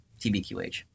TBQH